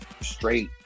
straight